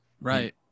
right